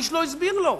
איש לא הסביר לו.